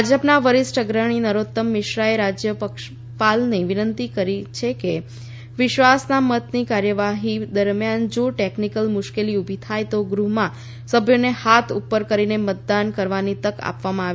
ભાજપના વરિષ્ઠ અગ્રણી નરોત્તમ મિશ્રાએ રાજ્યપાલને વિનંતી કરી છે કે વિશ્વાસના મતની કાર્યવાહી દરમ્યાન જો ટેકનીકલ મુશ્કેલી ઉભી થાય તો ગૃહમાં સભ્યોને હાથ ઉપર કરીને મતદાન કરવાની તક આપવામાં આવે